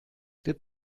did